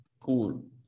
Cool